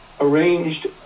arranged